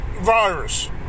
virus